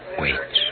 wait